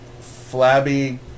flabby